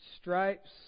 stripes